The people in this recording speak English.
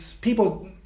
people